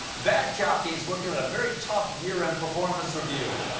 that jockey's looking at a very tough year-end performance review.